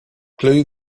glue